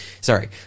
Sorry